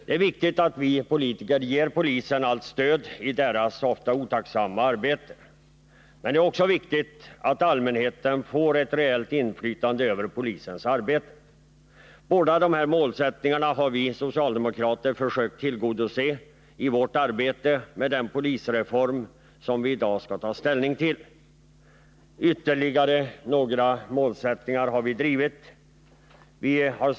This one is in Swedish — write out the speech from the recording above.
Det är viktigt att vi politiker ger polisen allt stöd i dess ofta otacksamma arbete. Men det är också viktigt att allmänheten får ett reellt inflytande över polisens arbete. Båda dessa målsättningar har vi socialdemokrater försökt uppfylla i vårt arbete med den polisreform som vi i dag skall ta ställning till. Vi har också drivit ytterligare några frågor. Vi hart.ex.